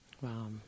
Wow